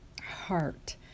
heart